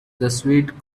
sweet